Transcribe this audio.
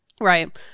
right